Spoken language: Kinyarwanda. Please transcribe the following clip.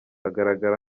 agaragara